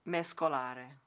Mescolare